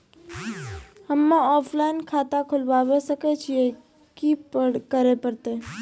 हम्मे ऑफलाइन खाता खोलबावे सकय छियै, की करे परतै?